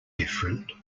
different